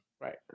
right